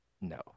No